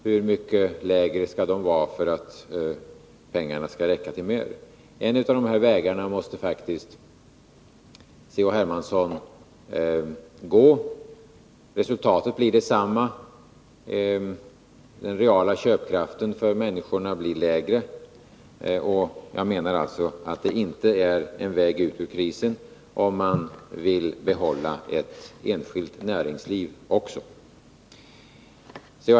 Hur mycket lägre skall de vara för att pengarna skall räcka till mer? En av dessa vägar måste faktiskt herr Hermansson gå. Resultatet blir detsamma: Den reala köpkraften för människorna blir lägre. Jag menar alltså att detta inte är en väg ut ur krisen, om man vill behålla ett enskilt näringsliv. C.-H.